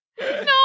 No